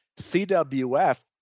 CWF